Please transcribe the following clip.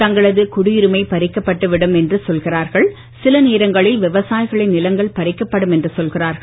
தங்களது குடியுரிமை பறிக்கப்பட்டு விடும் என்று சொல்கிறார்கள் சில நேரங்களில் விவசாயிகளின் நிலங்கள் பறிக்கப்படும் என்று சொல்கிறார்கள்